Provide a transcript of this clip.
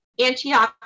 antioxidant